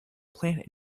planet